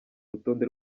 rutonde